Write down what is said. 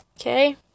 Okay